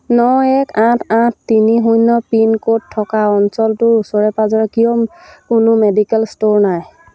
ন এক আঠ আঠ তিনি শূন্য পিনক'ড থকা অঞ্চলটোৰ ওচৰে পাঁজৰে কিয় কোনো মেডিকেল ষ্ট'ৰ নাই